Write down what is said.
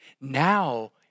now